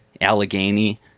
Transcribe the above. allegheny